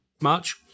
March